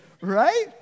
right